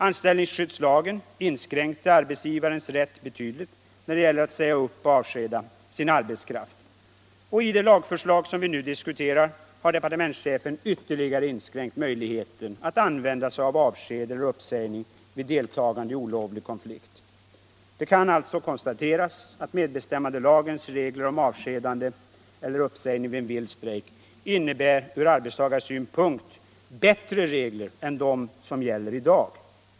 Anställningsskyddslagen inskränkte betydligt arbetsgivarens rätt när det gällde att säga upp och avskeda sin arbetskraft. I det lagförslag som vi nu diskuterar har departementschefen ytterligare inskränkt möjligheten för arbetsgivaren att använda sig av avsked eller uppsägning vid arbetstagares deltagande i olovlig konflikt. Det kan alltså konstateras att medbestämmandelagens regler om avskedande eller uppsägning vid en vild strejk är bättre ur arbetstagarsynpunkt än de regler som gäller i dag.